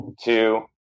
two